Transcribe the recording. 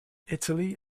italy